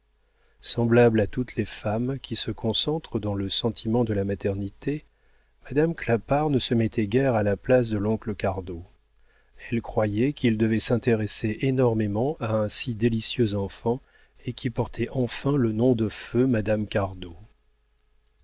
semblable à toutes les femmes qui se concentrent dans le sentiment de la maternité madame clapart ne se mettait guère à la place de l'oncle cardot elle croyait qu'il devait s'intéresser énormément à un si délicieux enfant et qui portait enfin le nom de feu madame cardot